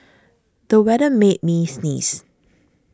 the weather made me sneeze